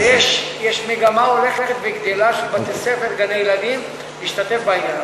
ויש מגמה הולכת וגדלה של בתי-ספר וגני-ילדים להשתתף בעניין.